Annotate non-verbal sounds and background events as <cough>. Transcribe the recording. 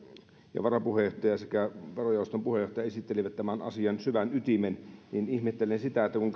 ja varapuheenjohtaja sekä verojaoston puheenjohtaja esittelivät tämän asian syvän ytimen niin ihmettelen sitä että kun <unintelligible>